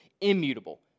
immutable